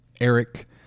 Eric